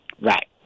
Right